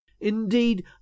Indeed